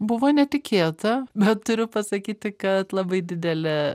buvo netikėta bet turiu pasakyti kad labai didelė